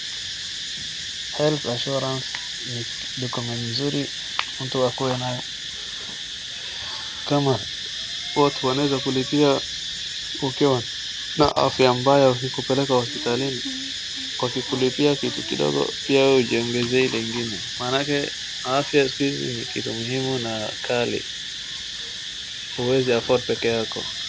Health assuarance ni kitu mzuri mtu akue nayo, kama watu wanaweza kulipia ukiwa na afya mbaya ni kupeleka hospitalini. Wakikulipia kitu kidogo pia wewe ujiongeze ile ingine, maanake afya sikuhizi ni kitu ya muhimu na ghali huwezi afford peke yako.